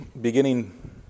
beginning